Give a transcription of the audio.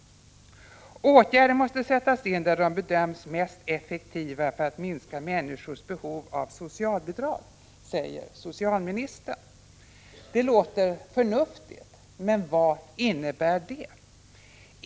Åtgärder måste sättas in där de bedöms vara mest effektiva för att minska människors behov av socialbidrag, säger socialministern. Det låter förnuftigt, men vad innebär det?